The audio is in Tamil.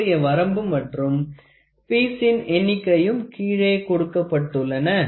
அதனுடைய வரம்பு மற்றும் பீஸ்சின் எண்ணிக்கையும் கீழே கொடுக்கப்பட்டுள்ளன